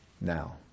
now